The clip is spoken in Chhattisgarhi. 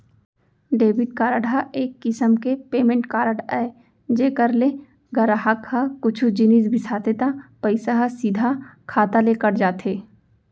डेबिट कारड ह एक किसम के पेमेंट कारड अय जेकर ले गराहक ह कुछु जिनिस बिसाथे त पइसा ह सीधा खाता ले कट जाथे